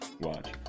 watch